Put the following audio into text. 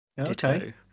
Okay